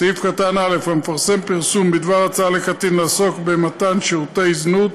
(א) המפרסם פרסום בדבר הצעה לקטין לעסוק במתן שירותי זנות,